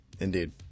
Indeed